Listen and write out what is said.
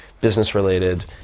business-related